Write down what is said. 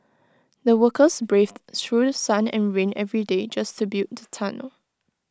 the workers braved through sun and rain every day just to build the tunnel